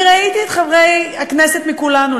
אני ראיתי את חברי הכנסת מכולנו,